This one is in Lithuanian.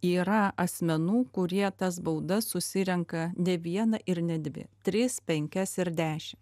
yra asmenų kurie tas baudas susirenka ne vieną ir ne dvi tris penkias ir dešim